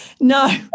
No